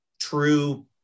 true